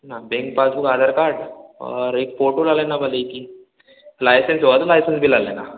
न bank passbook Aadhaar card और एक फोटो ला लेना बस एक ही लाइसेंस हुआ तो लाइसेंस भी ला लेना